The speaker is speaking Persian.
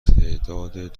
تعداد